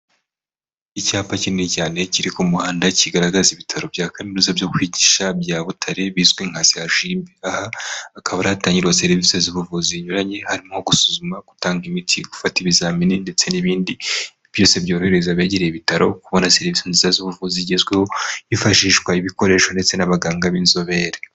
Icyapa kinini cyane kiri ku muhanda kigaragaza ibitaro bya kaminuza byo kwigisha bya Butare bizwi nka seshibe aha akaba ari yatangirwa serivisi z'ubuvuzi zinyuranye harimo gusuzuma, gutanga imiti, gufata ibizamini ndetse n'ibindi, byose byorohereza abegereye ibitaro kubona serivisi nziza z'ubuvuzi zigezweho hifashishwa ibikoresho ndetse n'abaganga b'inzobere.